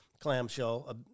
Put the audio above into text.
clamshell